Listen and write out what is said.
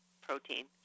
protein